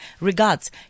Regards